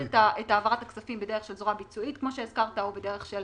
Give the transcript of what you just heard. את העברת הכספים בדרך של זרוע ביצועית או בדרך של